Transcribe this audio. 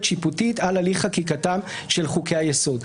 שיפוטית על הליך חקיקתם של חוקי היסוד.